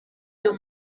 byo